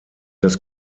das